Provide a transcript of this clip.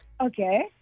Okay